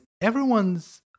everyone's